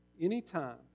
Anytime